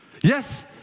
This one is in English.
Yes